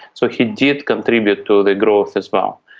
so he did contribute to the growth as well.